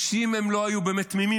שאם הם לא היו באמת תמימים,